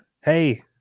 Hey